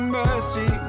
mercy